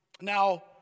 Now